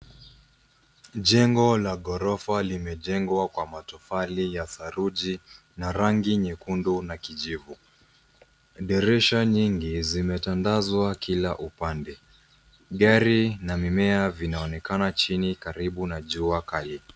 Jengo ya gorofa limejengwa kwa matofali ya saruji na rangi nyekundu na kijivu. Dirisha nyingi zimetandaswa kila upande. Gari na mimea vinaonekana chini karibu na jua kali.